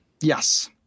Yes